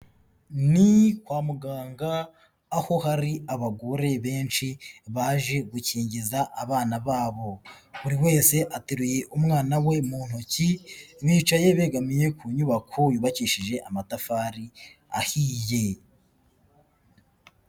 Ni kwa muganga aho hari abagore benshi baje gukingiza abana babo, buri wese ateruye umwana we mu ntoki, bicaye begamiye ku nyubako yubakishije amatafari ahiye.